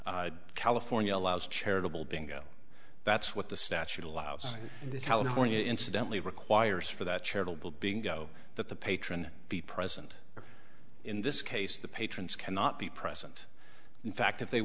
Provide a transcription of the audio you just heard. california allows charitable bingo that's what the statute allows california incidentally requires for that charitable being go that the patron be present in this case the patrons cannot be present in fact if they